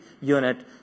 unit